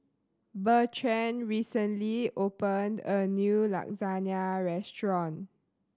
Bertrand recently opened a new Lasagne Restaurant